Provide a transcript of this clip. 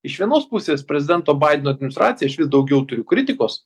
iš vienos pusės prezidento baideno administracija aš vis daugiau turiu kritikos